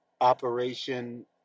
Operation